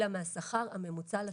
אלא מהשכר הממוצע לתפקיד.